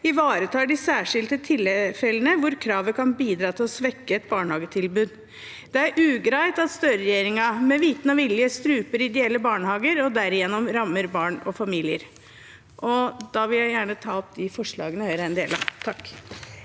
ivaretar de særskilte tilfellene hvor kravet kan bidra til å svekke et barnehagetilbud. Det er ugreit at Støre-regjeringen med viten og vilje struper ideelle barnehager og derigjennom rammer barn og familier. Jeg tar opp forslagene Høyre er med på.